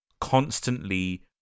constantly